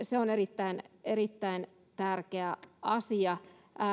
se on erittäin erittäin tärkeä asia